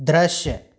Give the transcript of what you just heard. दृश्य